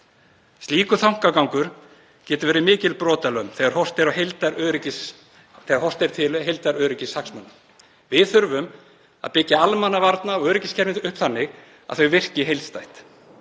Slíkur þankagangur getur verið mikil brotalöm þegar horft er til heildaröryggishagsmuna. Við þurfum að byggja almannavarna- og öryggiskerfið upp þannig að það virki heildstætt,